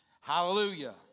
Hallelujah